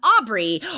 Aubrey